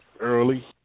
Early